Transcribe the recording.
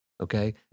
Okay